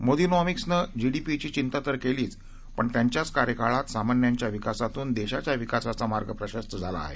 मोदीनॉमिक्सनं जीडीपीची चिंता तर केलीच पण त्यांच्याच कार्यकाळात सामान्यांच्या विकासातून देशाच्या विकासाचा मार्ग प्रशस्त झाला आहे